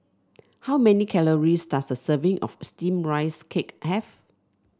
how many calories does a serving of steamed Rice Cake have